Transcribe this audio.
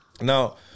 Now